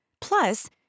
Plus